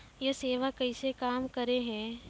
यह सेवा कैसे काम करै है?